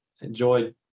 enjoy